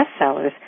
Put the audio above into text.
bestsellers